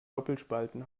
doppelspalten